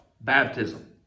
baptism